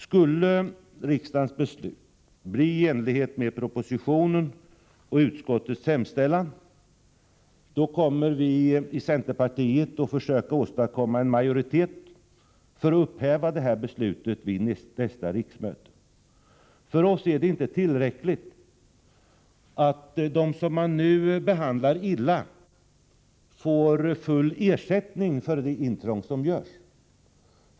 Skulle riksdagens beslut bli i enlighet med propositionen och utskottets hemställan, kommer vi i centerpartiet att försöka åstadkomma en majoritet för att upphäva detta beslut vid nästa riksmöte. För oss är det inte tillräckligt att de som man nu behandlar illa får full ersättning för intrång som görs.